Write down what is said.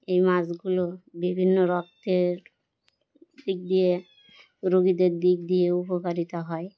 এই মাছগুলো বিভিন্ন রক্তের দিক দিয়ে রুগীদের দিক দিয়ে উপকারিত হয়